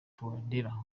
touadera